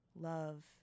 love